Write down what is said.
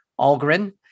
Algren